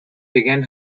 began